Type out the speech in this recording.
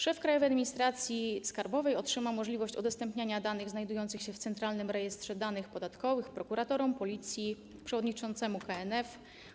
Szef Krajowej Administracji Skarbowej uzyska możliwość udostępniania danych znajdujących się w Centralnym Rejestrze Danych Podatkowych prokuratorom, Policji, przewodniczącemu KNF.